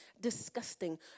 disgusting